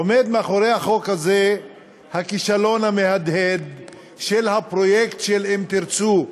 עומד מאחורי החוק הזה הכישלון המהדהד של הפרויקט של "אם תרצו"